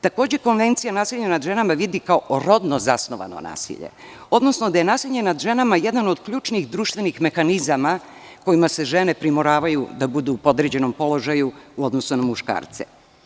Takođe, Konvencija nasilja nad ženama vidi kao rodno zasnovano nasilje, odnosno da je nasilje nad ženama jedan od ključnih društvenih mehanizama kojima se žene primoravaju da budu u podređenom položaju u odnosu na muškarce.